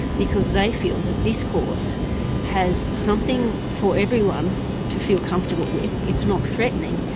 because they feel that this course has something for everyone to feel comfortable with. it's not threatening,